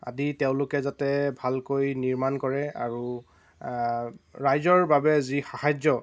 আদি তেওঁলোকে যাতে ভালকৈ নিৰ্মাণ কৰে আৰু ৰাইজৰ বাবে যি সাহাৰ্য্য